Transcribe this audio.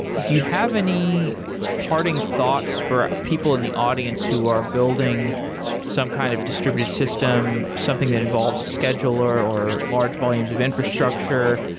do you have any parting thoughts for people in the audience who are building some kind of distributed system, something that involves a scheduler, or large volumes of infrastructure?